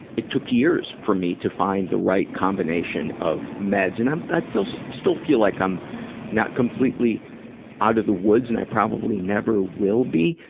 it took years for me to find the right combination of meds and i'm, i feel, so still feel like i'm not completely out of the woods. and i probably never will be.